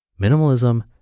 minimalism